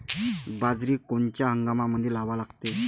बाजरी कोनच्या हंगामामंदी लावा लागते?